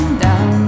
down